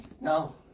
No